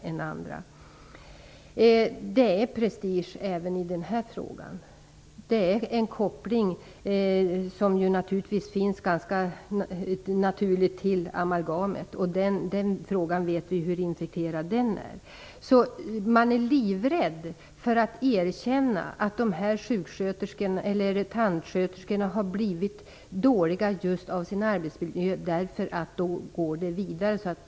Det är prestige även i denna fråga. Det finns en ganska naturlig koppling till amalgamet. Vi vet hur infekterad den frågan är. Man är livrädd för att erkänna att tandsköterskorna har blivit dåliga just av sin arbetsmiljö. Då går det vidare.